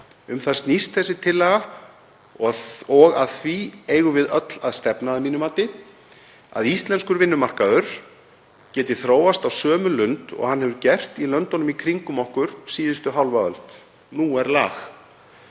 Um það snýst þessi tillaga og að því eigum við öll að stefna að mínu mati, að íslenskur vinnumarkaður geti þróast á sömu lund og hann hefur gert í löndunum í kringum okkur síðustu hálfa öld. Nú er lag.